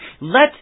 Let